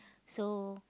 so